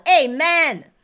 Amen